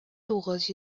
тугыз